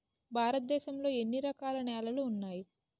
భారతదేశం లో ఎన్ని రకాల నేలలు ఉన్నాయి?